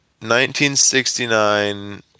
1969